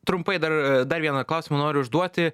trumpai dar dar vieną klausimą noriu užduoti